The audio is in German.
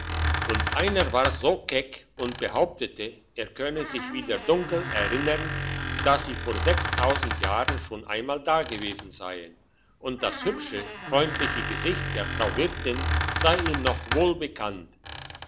und einer war so keck und behauptete er könne sich wieder dunkel erinnern dass sie vor sechstausend jahren schon einmal da gewesen seien und das hübsche freundliche gesicht der frau wirtin sei ihm noch wohlbekannt